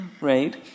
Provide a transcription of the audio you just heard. right